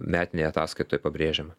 metinėj ataskaitoj pabrėžiama